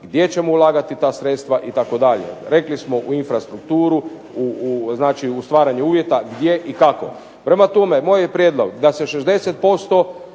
gdje ćemo ulagati ta sredstva itd. Rekli smo u infrastrukturu, znači u stvaranje uvjeta gdje i kako. Prema tome, moj je prijedlog da se 60%